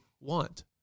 want